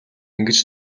ингэж